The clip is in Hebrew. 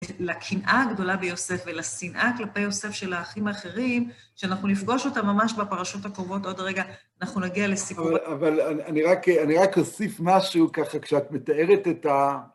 לקנאה הגדולה ביוסף, ולשנאה כלפי יוסף של האחים האחרים, שאנחנו נפגוש אותם ממש בפרשות הקרובות עוד רגע, אנחנו נגיע לסיפור. אבל אני רק אסיף משהו ככה, כשאת מתארת את ה...